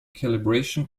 calibration